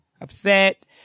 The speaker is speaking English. upset